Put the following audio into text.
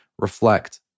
reflect